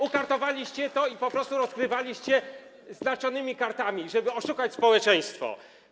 Ukartowaliście to i po prostu rozgrywaliście znaczonymi kartami, żeby oszukać społeczeństwo.